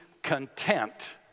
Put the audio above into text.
content